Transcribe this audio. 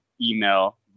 email